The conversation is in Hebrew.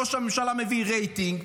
ראש הממשלה מביא רייטינג,